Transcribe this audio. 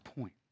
point